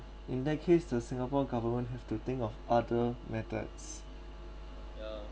in that case the singapore government have to think of other methods ya